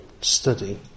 study